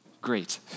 great